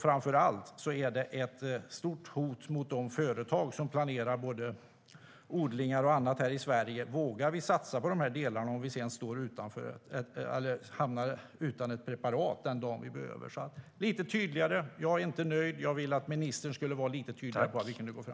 Framför allt är det ett stort hot mot de företag som planerar både odlingar och annat här i Sverige. De undrar om de ska våga satsa på dessa delar om de sedan står utan ett preparat den dagen de behöver det. Jag är alltså inte nöjd, utan jag vill att ministern ska vara lite tydligare.